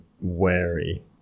wary